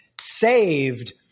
saved